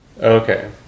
Okay